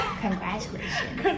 Congratulations